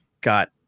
got